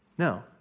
No